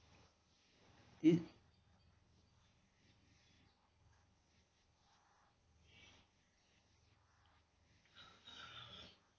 it